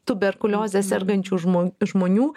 tuberkulioze sergančių žmonių žmonių